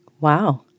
Wow